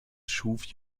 schuf